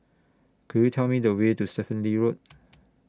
Could YOU Tell Me The Way to Stephen Lee Road